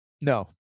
No